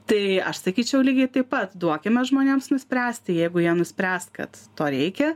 tai aš sakyčiau lygiai taip pat duokime žmonėms nuspręsti jeigu jie nuspręs kad to reikia